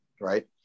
right